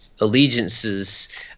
allegiances